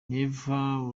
never